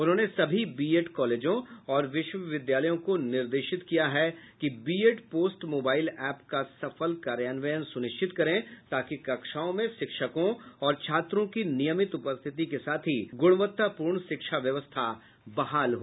उन्होंने सभी बीएड कॉलेजों और विश्वविद्यालयों को निर्देशित किया कि बीएड पोस्ट मोबाइल ऐप का सफल कार्यान्वयन सुनिश्चित करें ताकि कक्षाओं में शिक्षकों और छात्रों की नियमित उपस्थिति के साथ ही गुणवत्तापूर्ण शिक्षा व्यवस्था बहाल हो